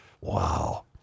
Wow